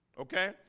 okay